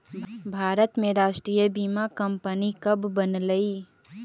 भारत में राष्ट्रीय बीमा कंपनी कब बनलइ?